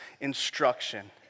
instruction